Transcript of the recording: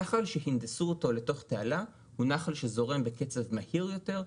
נחל שהנדסו אותו לתוך תעלה הוא נחל שזורם בקצב מהיר יותר,